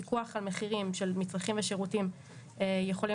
פיקוח על מחירים של מצרכים ושירותים יכולים